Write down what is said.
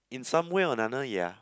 in some way or another yea